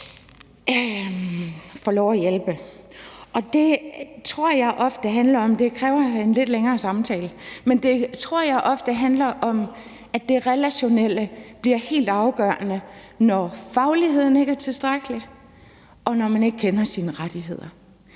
om at have en lidt længere samtale, for jeg tror, at det handler om, at det relationelle bliver helt afgørende, for når fagligheden ikke er tilstrækkelig, og når man ikke kender sine rettigheder,